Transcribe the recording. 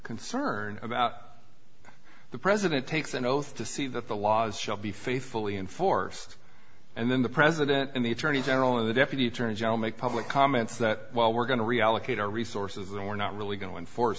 concern about the president takes an oath to see that the laws shall be faithfully enforced and then the president and the attorney general of the deputy attorney general make public comments that well we're going to reallocate our resources and we're not really going